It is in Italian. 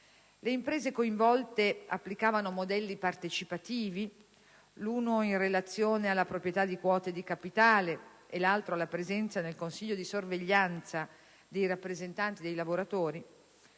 le imprese coinvolte applicavano modelli partecipativi, l'uno in relazione alla proprietà di quote di capitale e l'altro alla presenza nel consiglio di sorveglianza di rappresentanti dei lavoratori,